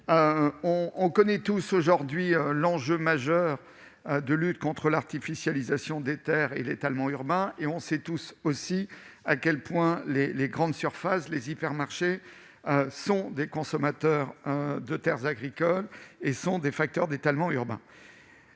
connaissons tous l'enjeu majeur de la lutte contre l'artificialisation des terres et l'étalement urbain, et nous savons également à quel point les grandes surfaces, les hypermarchés, sont des consommateurs de terres agricoles et des facteurs d'étalement urbain.